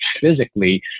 physically